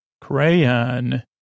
Crayon